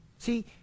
See